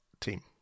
team